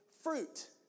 fruit